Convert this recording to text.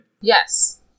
Yes